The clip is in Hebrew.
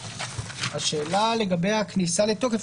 השאלה לגבי הכניסה לתוקף,